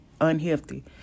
unhealthy